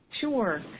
Sure